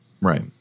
Right